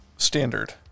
Standard